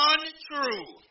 Untrue